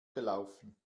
gelaufen